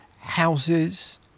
houses